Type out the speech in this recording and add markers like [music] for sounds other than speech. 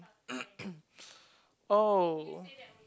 [coughs] oh